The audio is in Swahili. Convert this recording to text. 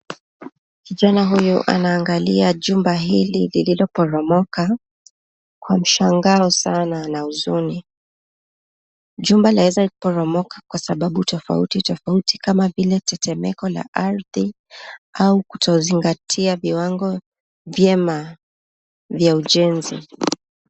Kijana huyu anaangalia jumba hili lililoporomoka kwa mshangao sana na huzuni. Jumba laeza poromoka kwa sababu tofauti tofauti kama vile tetemeko la ardhi au kutozingatia viwango vyema vya ujenzi.